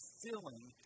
filling